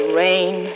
rain